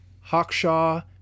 Hawkshaw